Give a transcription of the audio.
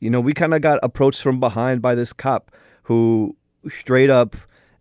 you know, we kind of got approached from behind by this cop who straight up